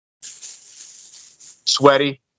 Sweaty